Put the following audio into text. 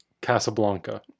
Casablanca